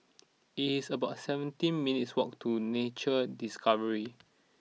it's about seventeen minutes' walk to Nature Discovery